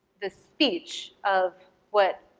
the speech of what